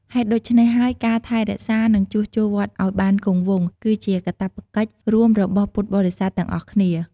ហេតុដូច្នេះហើយ ការថែរក្សា និងជួសជុលវត្តឱ្យបានគង់វង្ស គឺជាកាតព្វកិច្ចរួមរបស់ពុទ្ធបរិស័ទទាំងអស់គ្នា។